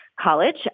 college